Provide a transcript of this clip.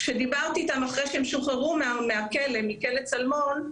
כשדיברתי איתם אחרי שהם השתחררו מכלא צלמון,